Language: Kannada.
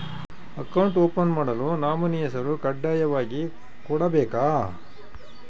ಅಕೌಂಟ್ ಓಪನ್ ಮಾಡಲು ನಾಮಿನಿ ಹೆಸರು ಕಡ್ಡಾಯವಾಗಿ ಕೊಡಬೇಕಾ?